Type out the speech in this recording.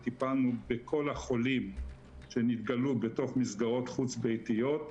וטיפלנו בכל החולים שנתגלו בתוך מסגרות חוץ-ביתיות.